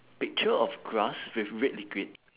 picture of grass with red liquid